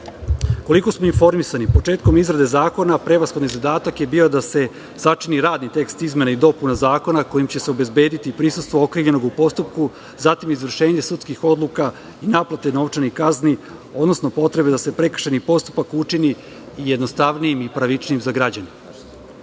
smo informisani, početkom izrade zakona prevashodni zadatak je bio da se sačini radni tekst izmena i dopuna zakona, kojim će se obezbediti prisustvo okrivljenog u postupku, zatim izvršenje sudskih odluka i naplate novčanih kazni, odnosno potrebe da se prekršajni postupak učini jednostavnijim i pravičnijim za građane. Dakle,